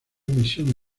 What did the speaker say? misión